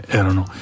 erano